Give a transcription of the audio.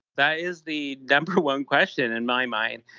that is the number one question in my mind.